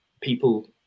people